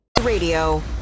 radio